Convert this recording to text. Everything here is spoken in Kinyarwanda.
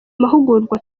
mahugurwa